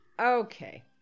Okay